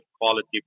quality